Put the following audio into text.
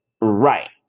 Right